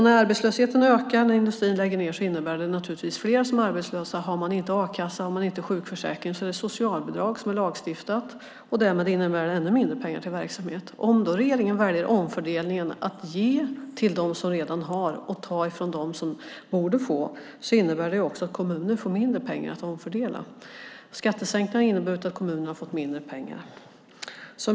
När industrin lägger ned innebär det naturligtvis att det är fler som är arbetslösa. Har man inte a-kassa eller sjukförsäkring är det socialbidrag som är lagstiftat och därmed ännu mindre pengar till kommunens verksamhet. Om då regeringen väljer omfördelningen att ge till dem som redan har och ta från dem som borde få innebär det att också kommunen får mindre pengar. Skattesänkningarna har inneburit att kommunerna har fått mindre pengar.